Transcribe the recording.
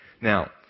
Now